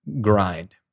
grind